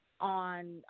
on